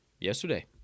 yesterday